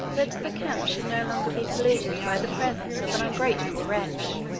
that the camp should no longer be polluted by the presence of an ungrateful wretch,